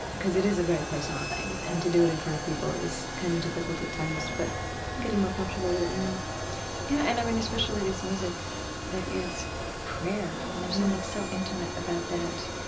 because it is a very personal thing. and to do it in front of people is kind of difficult at times, but i'm getting more comfortable with it now yeah. and, i mean, especially this music that is prayer. i mean, there's something so intimate about that,